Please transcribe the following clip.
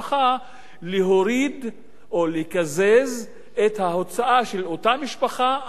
יורידו או יקזזו את ההוצאה של אותה משפחה על שכר לימוד,